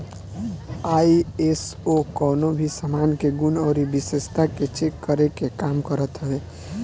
ISO कवनो भी सामान के गुण अउरी विशेषता के चेक करे के काम करत हवे